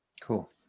Cool